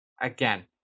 Again